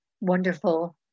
wonderful